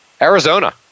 arizona